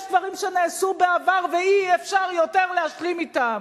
יש דברים שנעשו בעבר, ואי-אפשר יותר להשלים אתם,